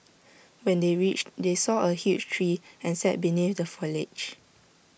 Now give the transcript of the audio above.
when they reached they saw A huge tree and sat beneath the foliage